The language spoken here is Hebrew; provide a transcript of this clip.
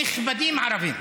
נכבדים ערבים.